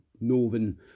Northern